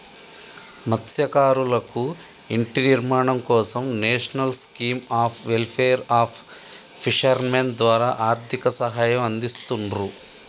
మత్స్యకారులకు ఇంటి నిర్మాణం కోసం national scheme of welfare of fishermen ద్వారా ఆర్థిక సహాయం అందిస్తున్రు